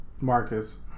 Marcus